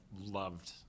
loved